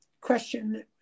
question